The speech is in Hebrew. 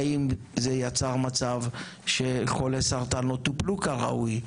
האם זה יצר מצב שחולי סרטן לא טופלו כראוי,